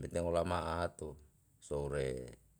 mite olama a hatu sou re.